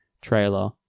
trailer